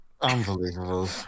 Unbelievable